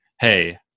hey